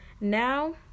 Now